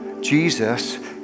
Jesus